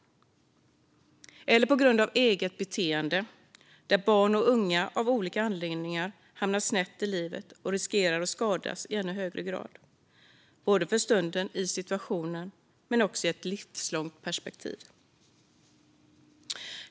Det kan också handla om det egna beteendet och att barn och unga av olika anledningar hamnar snett i livet och riskerar att skadas i ännu högre grad, antingen för stunden - i situationen - eller i ett livslångt perspektiv.